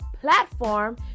platform